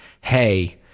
hey